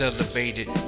elevated